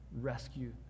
rescue